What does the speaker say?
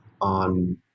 on